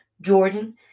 Jordan